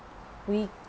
we